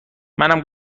منم